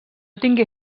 tingué